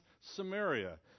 Samaria